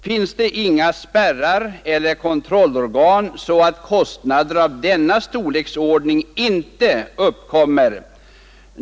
Finns det inga spärrar eller kontrollorgan, så att kostnader av denna storleksordning inte uppkommer?